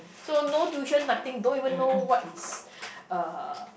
so no tuition nothing don't even know what is uh